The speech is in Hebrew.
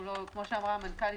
כפי שאמרה המנכ"לית,